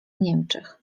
niemczech